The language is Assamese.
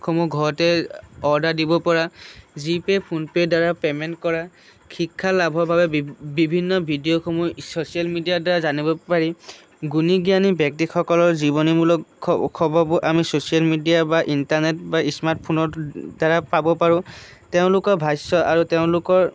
সমূহ ঘৰতে অৰ্ডাৰ দিব পৰা জি পে' ফোনপে' দ্বাৰা পেমেণ্ট কৰা শিক্ষা লাভৰ বাবে বিভিন্ন ভিডিঅ'সমূহ চছিয়েল মিডিয়াৰ দ্বাৰা জানিব পাৰি গুণী জ্ঞানী ব্যক্তিসকলৰ জীৱনীমূলক খবৰবোৰ আমি চছিয়েল মিডিয়া বা ইন্টাৰনেট বা স্মাৰ্টফোনৰ দ্বাৰা পাব পাৰোঁ তেওঁলোকৰ ভাষ্য আৰু তেওঁলোকৰ